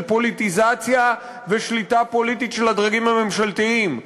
פוליטיזציה ושליטה פוליטית של הדרגים הממשלתיים.